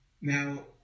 Now